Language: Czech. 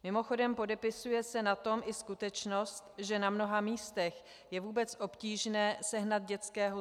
Mimochodem, podepisuje se na tom i skutečnost, že na mnoha místech je vůbec obtížné sehnat dětského zubaře.